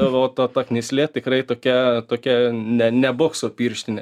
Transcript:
o ta ta knyslė tikrai tokia tokia ne ne bokso pirštinė